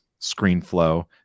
ScreenFlow